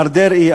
מר דרעי,